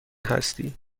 هستی